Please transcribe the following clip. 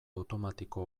automatiko